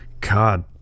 God